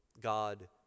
God